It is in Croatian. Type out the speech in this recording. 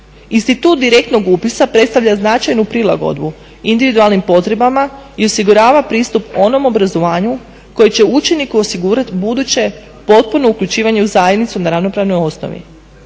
Institut direktnog upisa predstavlja značajnu prilagodbu individualnim potrebama i osigurava pristup onom obrazovanju koje će učeniku osigurat buduće potpuno uključivanje u zajednicu na ravnopravnoj osnovi.